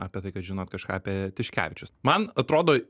apie tai kad žinot kažką apie tiškevičius man atrodo